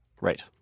Right